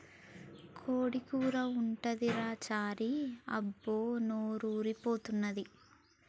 కోడి కూర ఉంటదిరా చారీ అబ్బా నోరూరి పోతన్నాది